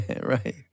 right